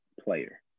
player